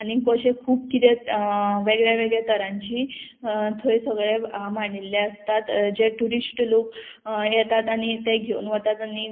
आनी कशें खूब कितें वेगळ्या वेगळ्या तरांची थंय सगळे मांडिल्ले आसतात जे ट्युरिस्ट लोक येतात आनी ते घेवन वतात आनी